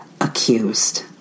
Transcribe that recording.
Accused